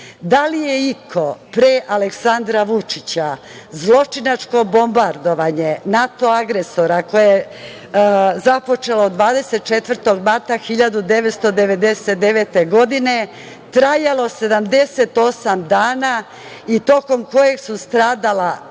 li je iko pre Aleksandra Vučića, zločinačko bombardovanje NATO agresora, koje je bilo započeto 24. marta 1999. godine, trajalo je 78 dana i tokom kojeg je stradalo